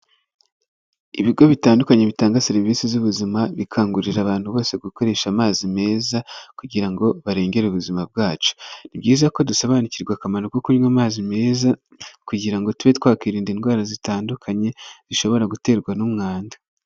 Ibigo bitandukanye bitanga serivisi z'ubuzima, bikangurira abantu bose gukoresha amazi meza kugira ngo barengere ubuzima bwacu, ni byiza ko dusobanukirwa akamaro ko kunywa amazi meza kugira ngo tube twakwirinda indwara zitandukanye zishobora guterwa n'umwanda.